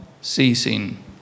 ceasing